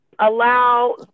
allow